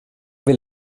vill